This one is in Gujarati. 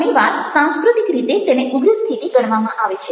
ઘણી વાર સાંસ્કૃતિક રીતે તેને ઉગ્ર સ્થિતિ ગણવામાં આવે છે